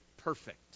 perfect